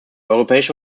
europäische